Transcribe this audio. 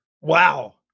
Wow